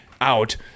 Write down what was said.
out